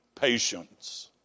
patience